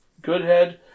Goodhead